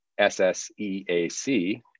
SSEAC